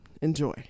Enjoy